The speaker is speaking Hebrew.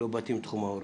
לא באתי מתחום ההוראה.